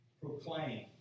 proclaim